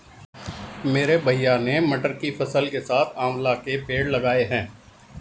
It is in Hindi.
मेरे भैया ने मटर की फसल के साथ आंवला के पेड़ लगाए हैं